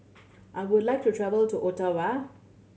I would like to travel to Ottawa